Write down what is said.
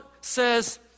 says